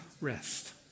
rest